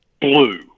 blue